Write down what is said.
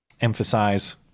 emphasize